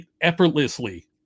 effortlessly